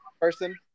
person